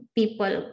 people